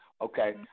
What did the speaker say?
okay